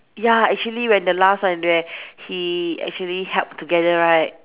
ya actually when the last one where he actually help together right